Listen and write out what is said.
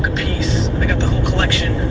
apiece, i got the whole collection.